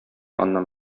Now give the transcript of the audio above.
аннан